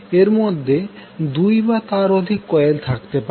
এরমধ্যে 2 বা তার অধিক কোয়েল থাকতে পারে